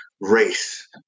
race